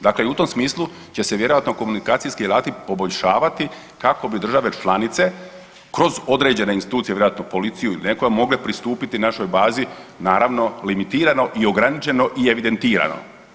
Dakle i u tom smislu će se vjerojatno komunikacijski alati poboljšavati kako bi države članice kroz određene institucije vjerojatno policiju ili nekoje mogle pristupiti našoj bazi naravno limitirano i ograničeni i evidentirano.